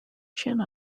chin